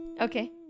okay